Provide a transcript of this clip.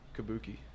Kabuki